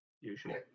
usually